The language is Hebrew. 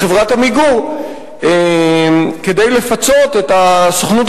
מחברת "עמיגור" כדי לפצות את הסוכנות